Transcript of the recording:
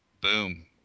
boom